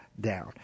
down